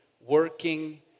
working